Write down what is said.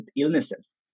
illnesses